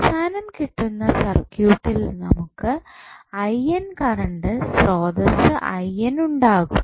അവസാനം കിട്ടുന്ന സർക്യൂട്ടിൽ നമുക്കു കറണ്ട് സ്രോതസ്സ് ഉണ്ടാകും